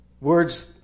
Words